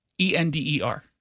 E-N-D-E-R